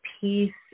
peace